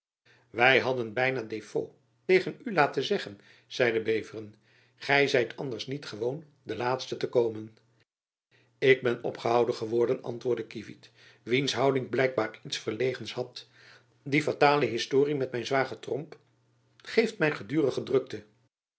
wy hadden byna défaut tegen u laten gaan zeide beveren gy zijt anders niet gewoon de laatste te komen ik ben opgehouden geworden antwoordde kievit wiens houding blijkbaar iets verlegens had die fatale historie met mijn zwager tromp geeft mj gedurige drukte